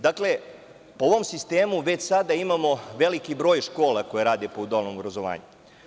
Dakle, po ovom sistemu već sada imamo veliki broj škola koje rade po dualnom obrazovanju.